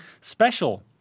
special